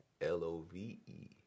L-O-V-E